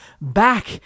back